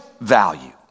value